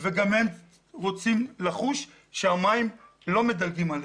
וגם הם רוצים לחוש שהמים לא מדלגים עליהם.